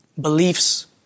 beliefs